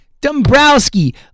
Dombrowski